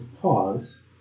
pause